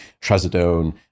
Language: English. trazodone